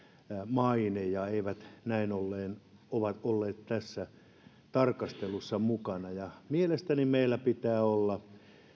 maine ja he eivät näin ollen ole olleet tässä tarkastelussa mukana mielestäni meillä pitää olla